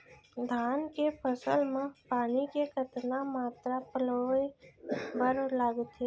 धान के फसल म पानी के कतना मात्रा पलोय बर लागथे?